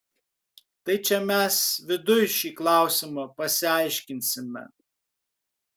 tai čia mes viduj šį klausimą pasiaiškinsime